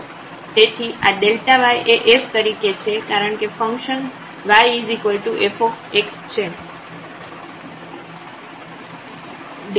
તેથી આy એ f તરીકે છે કારણકે ફંકશન yf છે